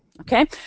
okay